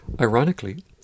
Ironically